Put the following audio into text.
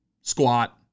squat